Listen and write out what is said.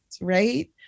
right